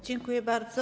Dziękuję bardzo.